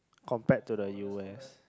compared to the u_s